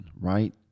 right